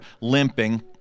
limping